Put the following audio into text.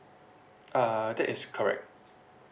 uh that is correct